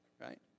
right